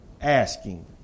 asking